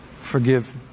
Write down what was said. forgive